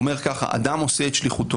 הוא אומר כך: אדם עושה את שליחותו,